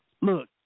look